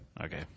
Okay